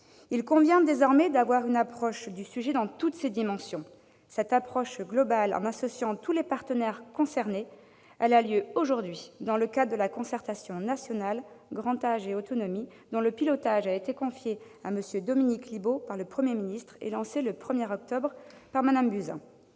Il convient désormais d'envisager le sujet dans toutes ses dimensions. Cette approche globale, associant tous les partenaires concernés, prévaut aujourd'hui dans le cadre de la concertation nationale « grand âge et autonomie », dont le pilotage a été confié à M. Dominique Libault par le Premier ministre et qui a été lancée le 1 octobre par Mme Buzyn.